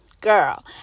girl